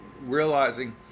realizing